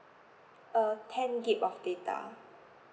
uh ten gig of data